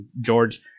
George